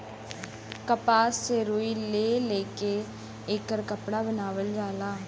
कपास से रुई ले के एकर कपड़ा बनावल जाला